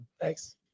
Thanks